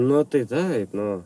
nu tai taip nu